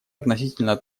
относительно